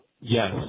yes